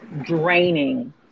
draining